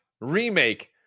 Remake